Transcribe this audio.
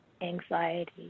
anxiety